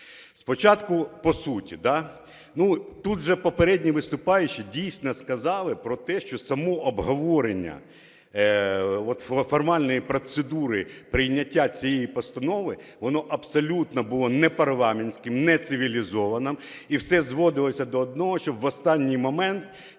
Спочатку по суті. Тут вже попередні виступаючі дійсно сказали про те, що саме обговорення формальної процедури прийняття цієї постанови воно абсолютно було непарламентським, нецивілізованим і все зводилося до одного, що в останній момент